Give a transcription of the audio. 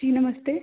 जी नमस्ते